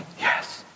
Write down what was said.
yes